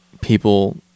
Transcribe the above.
people